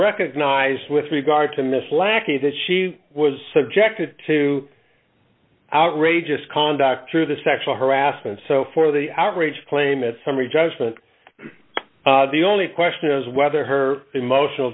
recognized with regard to miss lackey that she was subjected to outrageous conduct through the sexual harassment so for the outrage claimants summary judgment the only question is whether her emotional